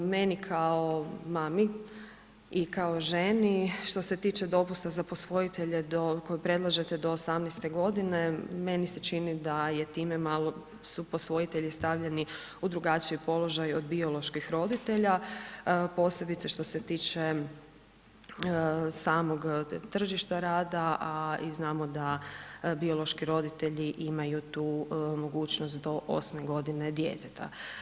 Meni kao mami i kao ženi, što se tiče dopusta za posvojitelje koje predlažete do 18 g., meni se čini da je time malo su posvojitelji stavljeni u drugačiji položaj od bioloških roditelja, posebice što se tiče samog tržišta rada a i znamo da biološki roditelji imaju tu mogućnost do 8 g. djeteta.